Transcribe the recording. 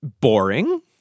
boring